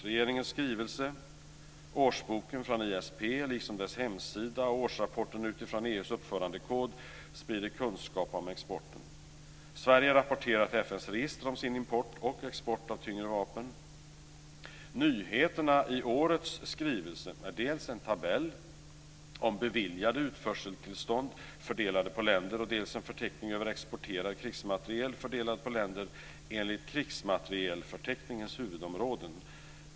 Regeringens skrivelse, årsboken från ISP, liksom dess hemsida, och årsrapporten utifrån EU:s uppförandekod sprider kunskap om exporten. Sverige rapporterar till FN:s register om sin import och export av tyngre vapen. Nyheterna i årets skrivelse är dels en tabell över beviljade utförseltillstånd fördelade på länder, dels en förteckning över exporterad krigsmateriel fördelad på länder enligt krigsmaterielförteckningens huvudområden.